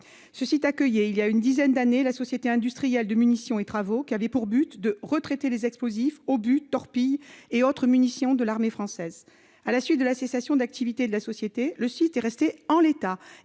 Ce site accueillait il y a une dizaine d'années la Société industrielle de munitions et travaux, qui avait pour but de retraiter les explosifs, obus, torpilles et autres munitions de l'armée française. À la suite de la cessation d'activité de la société, le site est resté en l'état